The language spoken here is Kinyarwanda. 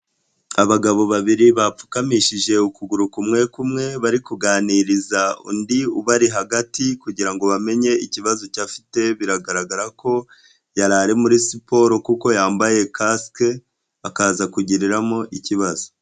Abagabo babiri bapfukamishije ukuguru kumwe kumwe bari kuganiriza undi ubari hagati kugira ngo bamenye ikibazo cyo afite, biragaragara ko yari ari muri siporo kuko yambaye kasike, akaza kugiriramo ikibazo.